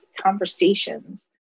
conversations